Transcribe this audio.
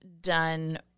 done